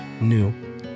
new